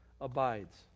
abides